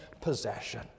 possession